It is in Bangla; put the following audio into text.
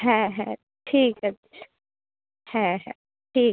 হ্যাঁ হ্যাঁ ঠিক আছে হ্যাঁ হ্যাঁ ঠিক আছে